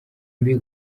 mbi